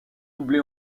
doublé